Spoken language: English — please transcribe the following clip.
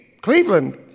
Cleveland